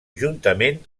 juntament